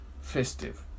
festive